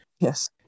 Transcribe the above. Yes